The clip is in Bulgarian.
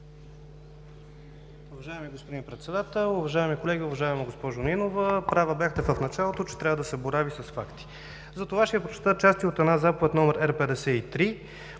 Уважаеми господин Председател, уважаеми колеги! Уважаема госпожо Нинова, права бяхте в началото, че трябва да се борави с факти. Затова ще Ви прочета част от Заповед № Р53,